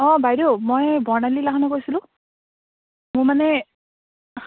অঁ বাইদেউ মই বৰ্ণালী লাহনে কৈছিলোঁ মোৰ মানে